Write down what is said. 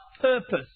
purpose